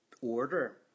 order